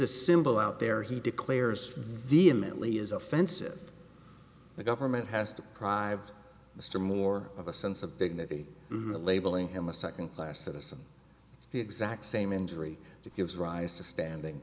a symbol out there he declares vehemently is offensive the government has to drive mr more of a sense of dignity to labeling him a second class citizen it's the exact same injury that gives rise to standing